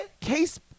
Case